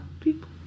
people